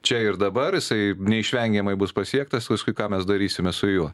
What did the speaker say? čia ir dabar jisai neišvengiamai bus pasiektas paskui ką mes darysime su juo